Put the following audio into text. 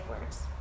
words